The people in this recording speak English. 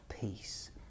Peace